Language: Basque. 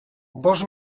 bost